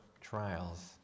trials